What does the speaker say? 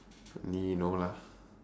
!ee! no lah